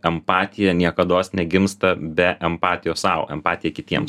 empatija niekados negimsta be empatijos sau empatija kitiems